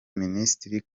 minisitiri